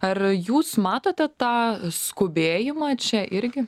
ar jūs matote tą skubėjimą čia irgi